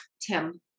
Tim